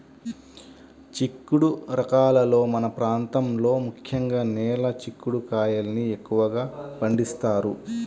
చిక్కుడు రకాలలో మన ప్రాంతంలో ముఖ్యంగా నేల చిక్కుడు కాయల్ని ఎక్కువగా పండిస్తారు